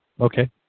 okay